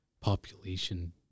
population